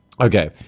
Okay